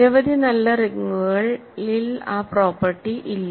നിരവധി നല്ല റിങ്ങുകളിൽ ആ പ്രോപ്പർട്ടി ഇല്ല